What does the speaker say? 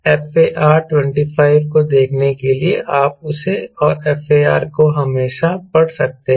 FAR25 को देखने के लिए आप उसे और FAR को हमेशा पढ़ सकते हैं